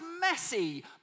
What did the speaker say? messy